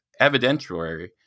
evidentiary